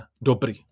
dobrý